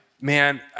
man